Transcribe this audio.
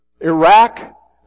Iraq